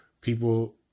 people